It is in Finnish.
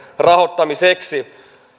rahoittamiseksi